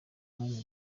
mwanya